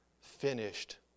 finished